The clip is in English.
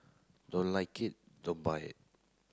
don't like it don't buy it